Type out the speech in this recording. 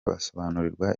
basobanurirwa